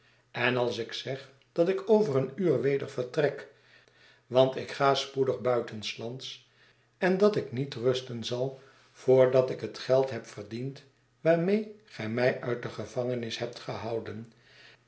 en als ik zeg dat ik over een uur weder vertrek want ik ga spoedig buitenslands en dat ik niet rusten zal voordat ik het geld heb verdiend waarmee ge mij uit de gevangenis hebt gehouden